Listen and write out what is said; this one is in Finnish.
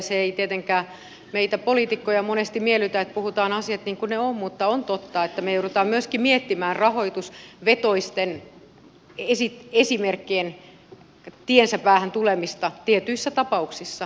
se ei tietenkään meitä poliitikkoja monesti miellytä että asioista puhutaan niin kuin ne ovat mutta on totta että me joudumme myöskin miettimään rahoitusvetoisten esimerkkien tiensä päähän tulemista tietyissä tapauksessa